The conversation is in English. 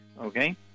Okay